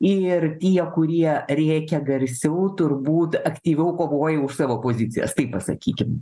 ir tie kurie rėkia garsiau turbūt aktyviau kovoja už savo pozicijas taip pasakykim